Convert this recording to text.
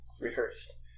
rehearsed